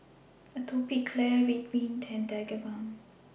Atopiclair Ridwind and Tigerbalm